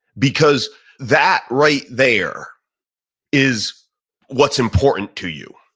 because that right there is what's important to you.